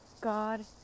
God